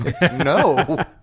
No